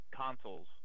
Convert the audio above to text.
consoles